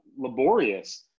laborious